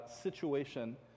situation